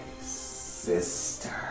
sister